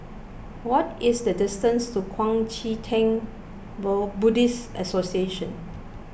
what is the distance to Kuang Chee Tng Buddhist Association